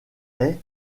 est